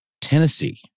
Tennessee